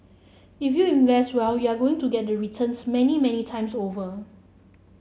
if you invest well you're going to get the returns many many times over